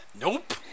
Nope